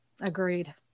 Agreed